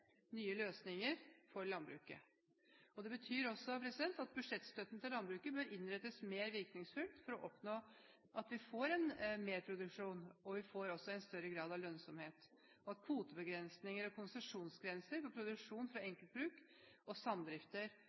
nye ideer, nye løsninger for landbruket. Det betyr også at budsjettstøtten til landbruket bør innrettes mer virkningsfullt for å oppnå at vi får en merproduksjon og en større grad av lønnsomhet, og at kvotebegrensninger og konsesjonsgrenser for produksjon for enkeltbruk og samdrifter